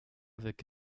avec